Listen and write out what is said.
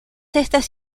estas